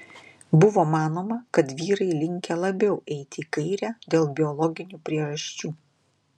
buvo manoma kad vyrai linkę labiau eiti į kairę dėl biologinių priežasčių